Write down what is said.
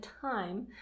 time